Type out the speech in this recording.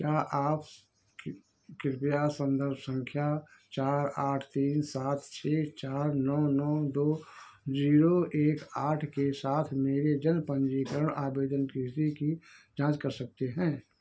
क्या आप कृपया सन्दर्भ सँख्या चार आठ तीन सात छह चार नौ नौ दो ज़ीरो एक आठ के साथ मेरे जन्म पन्जीकरण आवेदन की इस्थिति की जाँच कर सकते हैं